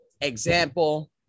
example